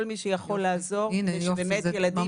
כל מי שיכול לעזור ילדים יזכו.